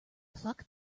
pluck